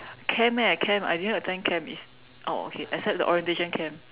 camp eh camp I didn't attend camp it's oh okay except the orientation camp